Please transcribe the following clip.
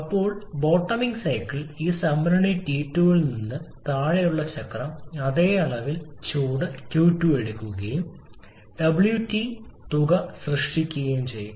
ഇപ്പോൾ ബോട്ടോമിങ് ഈ സംഭരണി ടി 2 ൽ നിന്ന് താഴെയുള്ള ചക്രം അതേ അളവിൽ ചൂട് ക്യു 2 എടുക്കും W2 തുക സൃഷ്ടിക്കും